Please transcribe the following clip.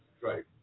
Right